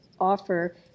offer